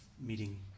meeting